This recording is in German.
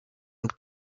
und